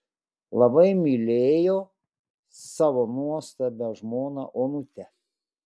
labai mylėjo savo nuostabią žmoną onutę